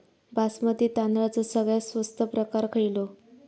बासमती तांदळाचो सगळ्यात स्वस्त प्रकार खयलो?